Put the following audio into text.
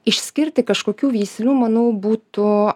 išskirti kažkokių veislių manau būtų